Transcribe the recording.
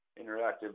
interactive